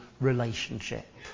relationship